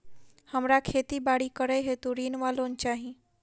हमरा खेती बाड़ी करै हेतु ऋण वा लोन चाहि?